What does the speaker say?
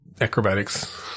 Acrobatics